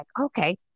okay